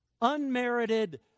Unmerited